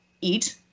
eat